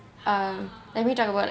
um let me talk about like